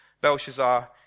Belshazzar